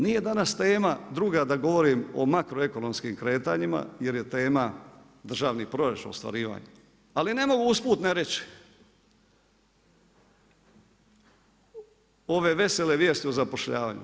Nije danas tema druga da govorim o makroekonomskim kretanjima jer je tema državni proračun, ostvarivanje, ali ne mogu usput ne reći ove vesele vijesti o zapošljavanju.